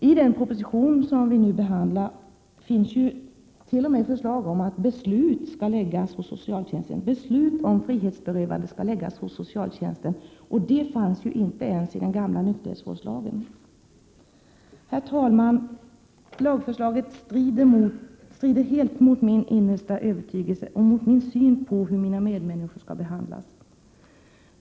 I den proposition som vi nu behandlar finns t.o.m. förslag om att beslut om frihetsberövande skall kunna fattas av socialtjänsten, och den möjligheten fanns inte ens i den gamla nykterhetsvårdslagen. Herr talman! Lagförslaget strider helt mot min innersta övertygelse och min syn på hur mina medmänniskor skall behandlas.